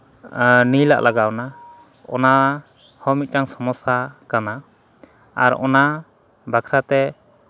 ᱟᱨ ᱱᱤᱞᱟᱜ ᱞᱟᱜᱟᱣᱮᱸᱟ ᱚᱱᱟ ᱦᱚᱸ ᱢᱤᱫᱴᱟᱝ ᱥᱚᱢᱚᱥᱟ ᱠᱟᱱᱟ ᱟᱨ ᱚᱱᱟ ᱵᱟᱠᱷᱨᱟᱛᱮ